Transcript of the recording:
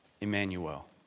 Emmanuel